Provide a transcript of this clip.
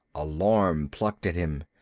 alarm plucked at him.